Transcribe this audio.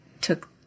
took